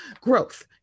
growth